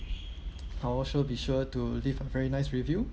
I'll also be sure to leave a very nice review